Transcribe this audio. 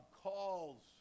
calls